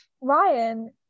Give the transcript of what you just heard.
Ryan